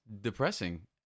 depressing